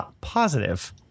positive